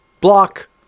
block